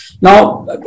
Now